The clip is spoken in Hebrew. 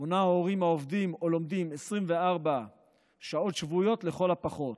מונה הורים העובדים או לומדים 24 שעות שבועיות לכל הפחות.